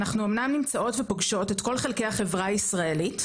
אנחנו אומנם נמצאות ופוגשות את כל חלקי החברה הישראלית,